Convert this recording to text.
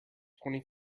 twenty